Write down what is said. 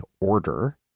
order